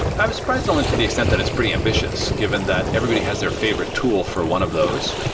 i was surprised only to the extent that it's pretty ambitious given that everybody has their favorite tool for one of those,